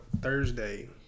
Thursday